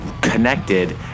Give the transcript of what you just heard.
connected